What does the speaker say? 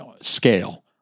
scale